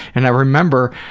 and i remember